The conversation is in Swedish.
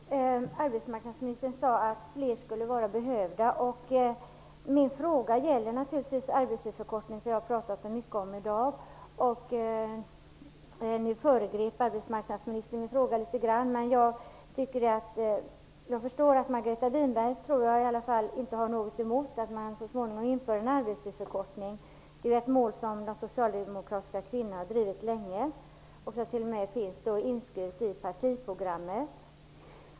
Fru talman! Arbetsmarknadsministern sade att fler skulle vara behövda. Min fråga gäller naturligtvis arbetstidsförkortningen som vi har pratat mycket om i dag. Nu föregrep arbetsmarknadsministern min fråga litet grand, men jag förstår att Margareta Winberg i alla fall inte har något emot att man så småningom inför en arbetstidsförkortning. Det är ett mål som de socialdemokratiska kvinnorna har drivit länge och som t.o.m. finns inskrivet i partiprogrammet.